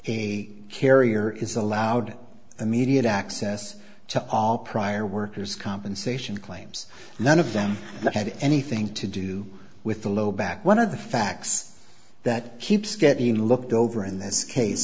a carrier is allowed immediate access to all prior workers compensation claims none of them had anything to do with the low back one of the facts that keeps getting looked over in this case